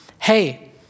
hey